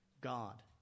God